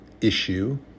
issue